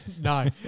No